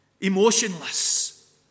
emotionless